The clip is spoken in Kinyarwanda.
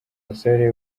musore